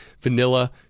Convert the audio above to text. vanilla